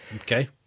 Okay